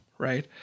Right